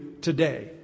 today